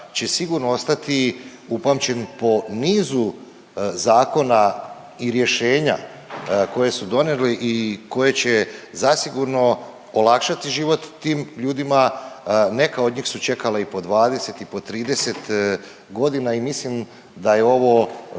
će sigurno ostati upamćen po nizu zakona i rješenja koje su donijeli i koje će zasigurno olakšati život tim ljudima. Neka od njih su čekala i po 20 i po 30 godina i mislim da je ovo